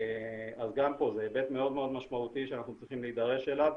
אז גם פה זה היבט מאוד מאוד משמעותי שאנחנו צריכים להידרש אליו,